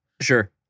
Sure